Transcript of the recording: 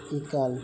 Italy